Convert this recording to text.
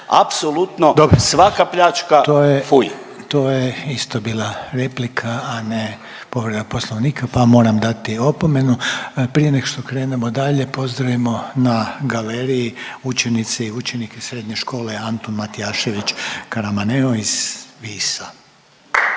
Željko (HDZ)** To je isto bila replika, a ne povreda Poslovnika, pa vam moram dati opomenu. Prije nego što krenemo dalje pozdravimo na galeriji učenice i učenike Srednje škole Antun Matijašević Karamaneo iz Visa.